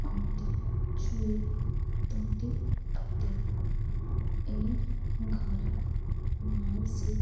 ଅଣ୍ଟି ଛୁରୀ ତଣ୍ଟି କାଟେ ଏ ଘର ମାଉସୀ